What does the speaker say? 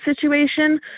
situation